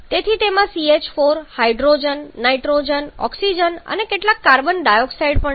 તેથી તેમાં CH4 hydrogen nitrogen oxygen અને કેટલાક કાર્બન ડાયોક્સાઇડ પણ છે